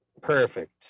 perfect